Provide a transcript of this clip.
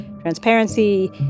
transparency